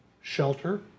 shelter